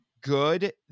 good